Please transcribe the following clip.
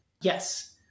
Yes